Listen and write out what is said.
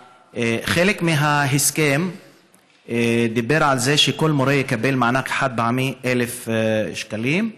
חלק מההסכם דיבר על זה שכל מורה יקבל מענק חד-פעמי של 1,000 שקלים,